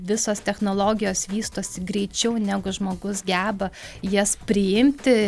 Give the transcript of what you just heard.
visos technologijos vystosi greičiau negu žmogus geba jas priimti